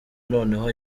noneho